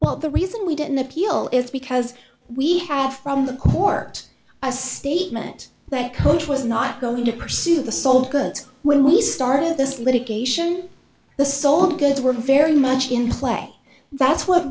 well the reason we didn't appeal is because we have from the court a statement that coach was not going to pursue the sole goods when we started this litigation the sole good were very much in play that's what